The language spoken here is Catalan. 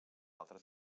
altres